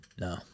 No